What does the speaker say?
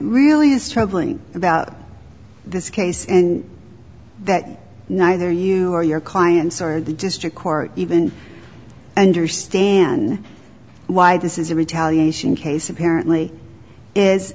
really is troubling about this case and that neither you or your clients are in the district court even understand why this is a retaliation case apparently is